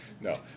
no